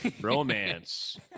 Romance